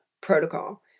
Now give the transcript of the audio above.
protocol